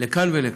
לכאן ולכאן.